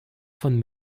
von